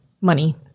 money